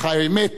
אך האמת